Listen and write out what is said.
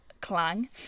Clang